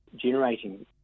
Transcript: generating